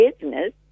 business